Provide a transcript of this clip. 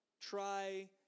try